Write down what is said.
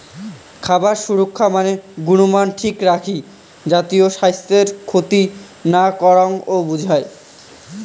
খাবার সুরক্ষা মানে গুণমান ঠিক রাখি জাতীয় স্বাইস্থ্যর ক্ষতি না করাং ও বুঝায়